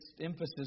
emphasis